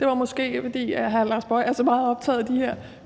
Det var måske, fordi hr. Lars Boje Mathiesen er så optaget af de her